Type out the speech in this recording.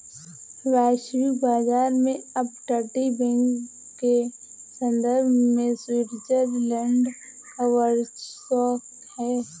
वैश्विक बाजार में अपतटीय बैंक के संदर्भ में स्विट्जरलैंड का वर्चस्व है